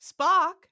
Spock